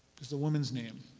a woman's name.